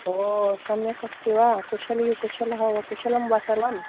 ओ सम्यक् अस्ति वा कुशली कुशलः कुशलं वा सर्वम्